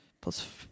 Plus